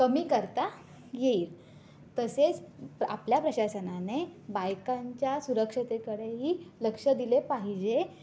कमी करता येईल तसेच आपल्या प्रशासनाने बायकांच्या सुरक्षतेकडेही लक्ष दिले पाहिजे